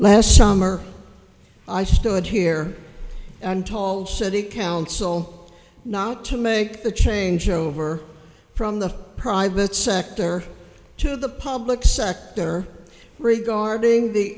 last summer i stood here and told city council not to make the changeover from the private sector to the public sector regarding the